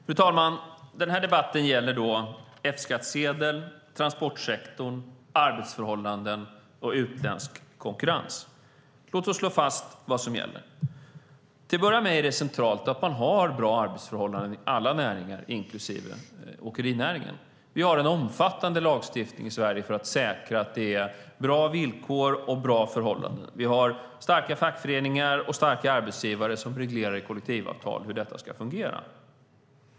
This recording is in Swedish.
Fru talman! Den här debatten gäller F-skattsedeln, transportsektorn, arbetsförhållanden och utländsk konkurrens. Låt oss slå fast vad som gäller. Till att börja med är det centralt att man har bra arbetsförhållanden i alla näringar, inklusive åkerinäringen. Vi har en omfattande lagstiftning i Sverige för att säkra att det är bra villkor och bra förhållanden. Vi har starka fackföreningar och starka arbetsgivare som reglerar i kollektivavtal hur detta ska fungera.